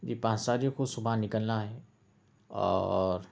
جی پانچ تاریخ کو صبح نکلنا ہے اور